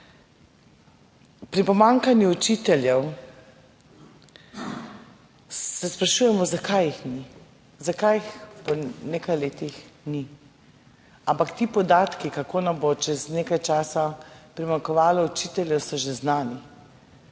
Pri pomanjkanju učiteljev se sprašujemo, zakaj jih ni, zakaj jih po nekaj letih ni? Ampak ti podatki, kako nam bo čez nekaj časa primanjkovalo učiteljev, so že znani,